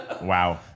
Wow